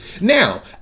Now